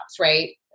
Right